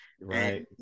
Right